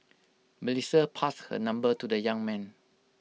Melissa passed her number to the young man